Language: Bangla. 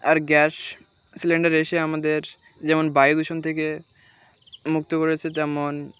আর গ্যাস সিলিন্ডার এসে আমাদের যেমন বায়ুদূষণ থেকে মুক্ত করেছে তেমন